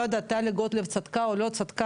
לא יודעת אם טלי גוטליב צחקה או לא צחקה,